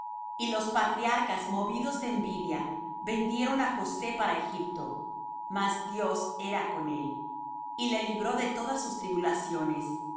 y los patriarcas movidos de envidia vendieron á josé para egipto mas dios era con él y le libró de todas sus tribulaciones